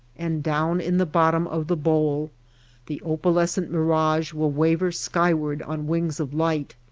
and down in the bottom of the bowl the opalescent mirage will waver skyward on wings of light,